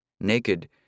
Naked